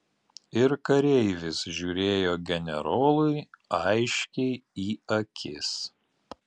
ir kareivis žiūrėjo generolui aiškiai į akis